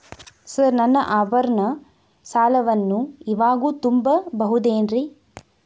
Sir ನನ್ನ ಆಭರಣ ಸಾಲವನ್ನು ಇವಾಗು ತುಂಬ ಬಹುದೇನ್ರಿ?